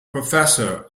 professor